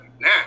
Now